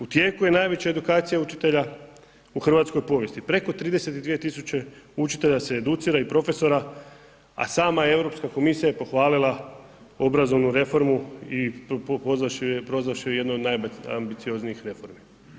U tijeku je najveća edukacija učitelja u hrvatskoj povijesti, preko 32 tisuće učitelja se educira i profesora, a sama Europska komisija je pohvalila obrazovnu reformu i prozvavši je jednu od najambicioznijih reformi.